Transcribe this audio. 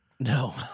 No